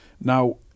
Now